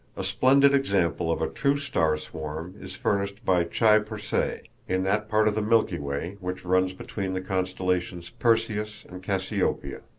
a splendid example of a true star-swarm is furnished by chi persei, in that part of the milky way which runs between the constellations perseus and cassiopeia.